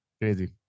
crazy